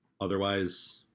Otherwise